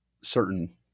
certain